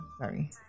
Sorry